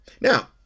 Now